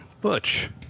Butch